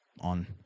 on